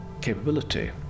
capability